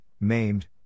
maimed